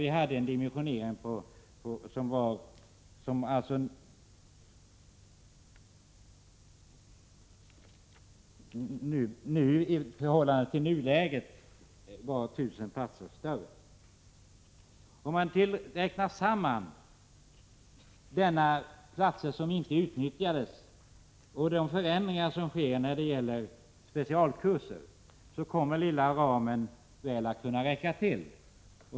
Då var antalet platser 1 000 fler än nu. Om man tar hänsyn både till de platser som inte utnyttjades och till de förändringar som sker när det gäller specialkurser, visar det sig att den lilla ramen väl kommer att räcka till.